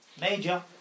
major